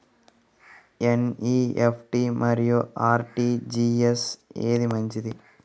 NEFT మరియు RTGS ఏది మంచిది?